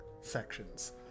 sections